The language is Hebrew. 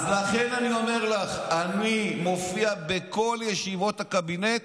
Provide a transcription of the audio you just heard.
אז לכן אני אומר לך: אני מופיע בכל ישיבות הקבינט,